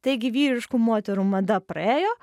taigi vyriškų moterų mada praėjo